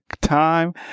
time